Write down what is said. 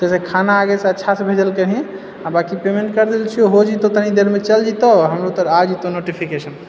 तऽखाना आगेसँ अच्छासँ भेजल करही आ बाँकी पेमेंट करि देले छोयो हो जेतहुँ तनी देरमे चलि जेतहुँ हमरो तर आ जेतहुँ नोटिफिकेशन